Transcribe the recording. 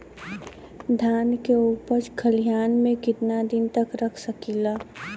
धान के उपज खलिहान मे कितना दिन रख सकि ला?